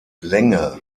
länge